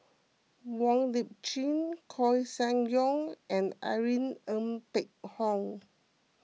Wong Lip Chin Koeh Sia Yong and Irene Ng Phek Hoong